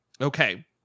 Okay